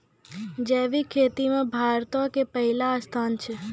जैविक खेती मे भारतो के पहिला स्थान छै